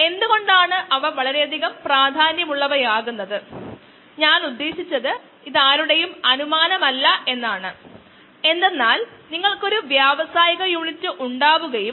log ഫേസിനായി mu m ന് പകരം mu m S by Ks plus S ഉപയോഗികാം